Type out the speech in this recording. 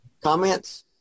comments